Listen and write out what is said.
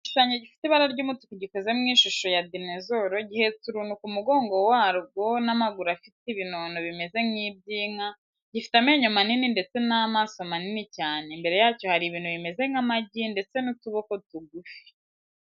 Igikinisho gifite ibara ry'umutuku gikoze mu ishusho ya dinezoru, gihetse uruntu ku mugongo warwo n'amaguru afite ibinono bimeze nk'iby'inka, gifite amenyo manini ndetse n'amaso manini cyane. Imbere yacyo hari ibintu bimeze nk'amagi ndetse n'utuboko tugufi.